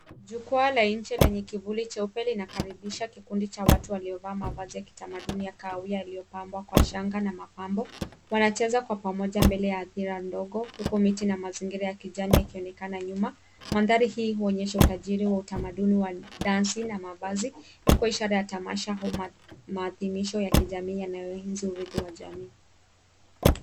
Jukwaa la nje lenye kivuli cheupe linakaribisha kikundi cha watu waliovaa mavazi ya kitamaduni ya kahawia yaliyopambwa kwa shanga na mapambo. Wanacheza kwa pamoja mbele ya hathira ndogo huku miti na mazingira ya kijani yakionekana nyuma. Mandhari hii huonyesha utajiri wa utamaduni wa dansi na mavazi ikiwa ishara ya tamasha au maadhimisho ya kijamii yanayoenzi urithi wa jamii.